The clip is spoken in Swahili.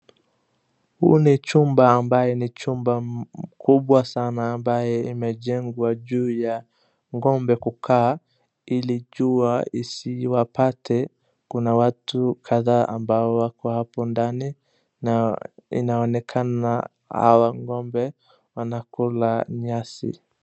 Huu ni chumba ambaye ni chumba kubwa sana ambaye imejengwa juu ya ngo'mbe kukaa ili jua isiwapate. Kuna watu kadhaa ambao wako hapo ndani na inaonekana hawa ngo'mbe wanakula nyasi.